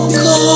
go